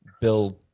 build